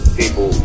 people